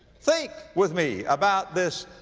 think with me about this,